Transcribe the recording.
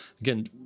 Again